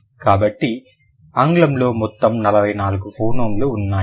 కాబట్టి ఆంగ్లంలో మొత్తం 44 ఫోనోమ్ లు ఉంటాయి